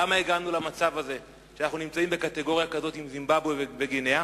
למה הגענו למצב שבו אנחנו נמצאים בקטגוריה אחת עם זימבבואה ועם גינאה,